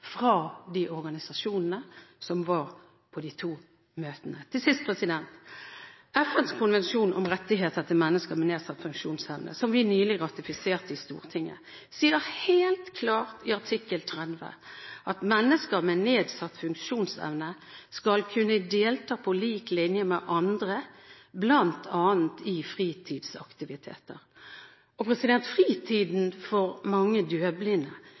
fra organisasjonene som var på de to møtene. Til sist: FNs konvensjon om rettigheter til mennesker med nedsatt funksjonsevne, som vi nylig ratifiserte i Stortinget, sier helt klart i artikkel 30 at mennesker med nedsatt funksjonsevne skal kunne delta på lik linje med andre, bl.a. i fritidsaktiviteter. Og fritiden for mange døvblinde er